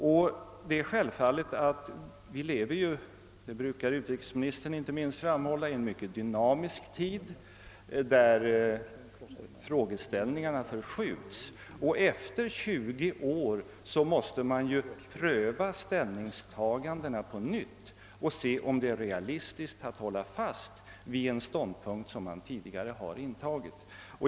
Vi lever i en, som inte minst utrikesministern själv brukar säga, mycket dynamisk tid, där frågeställningarna förskjuts. Efter tjugo år måste vi pröva ställningstagandena på nytt och undersöka om det är realistiskt att hålla fast vid en ståndpunkt som vi tidigare intagit.